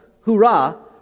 hoorah